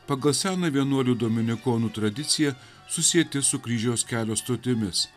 pagal seną vienuolių dominikonų tradiciją susieti su kryžiaus kelio stotimis